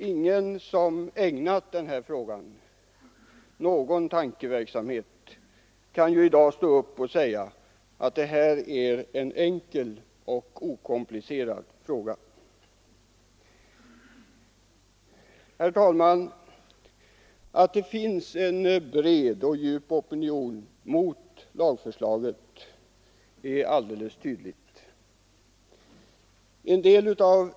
Ingen som ägnat denna fråga någon tankeverksamhet kan i dag stå upp och säga att det är en enkel och okomplicerad fråga. Herr talman! Att det finns en bred och djup opinion mot lagförslaget är alldeles tydligt.